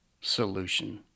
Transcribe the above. solution